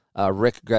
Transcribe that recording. Rick